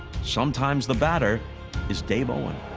sometimes the batter is dave owen,